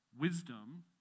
Wisdom